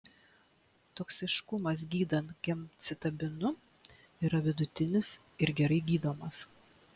toksiškumas gydant gemcitabinu yra vidutinis ir gerai gydomas